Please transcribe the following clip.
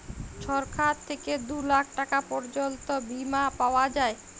ছরকার থ্যাইকে দু লাখ টাকা পর্যল্ত বীমা পাউয়া যায়